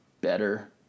better